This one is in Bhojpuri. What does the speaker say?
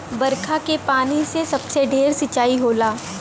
बरखा के पानी से सबसे ढेर सिंचाई होला